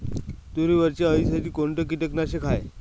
तुरीवरच्या अळीसाठी कोनतं कीटकनाशक हाये?